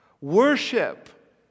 Worship